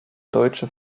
deutsche